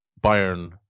Bayern